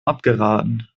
abgeraten